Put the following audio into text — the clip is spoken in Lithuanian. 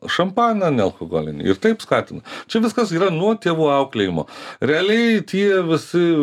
šampaną nealkoholinį ir taip skatina čia viskas yra nuo tėvų auklėjimo realiai tie visi